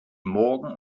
morgen